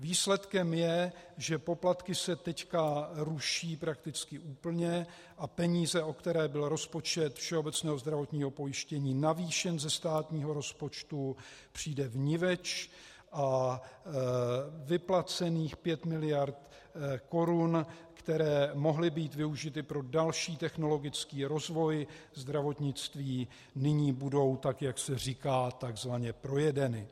Výsledkem je, že poplatky se nyní ruší prakticky úplně a peníze, o které byl rozpočet všeobecného zdravotního pojištění navýšen ze státního rozpočtu, přijde vniveč a vyplacených pět miliard korun, které mohly být využity pro další technologický rozvoj zdravotnictví, nyní budou, tak jak se říká, tzv. projedeny.